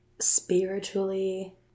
spiritually